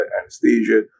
anesthesia